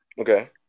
okay